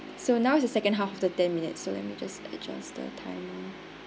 so now is the second half the ten minutes so let me just adjust the time now